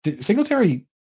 Singletary